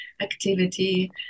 activity